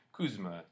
Kuzma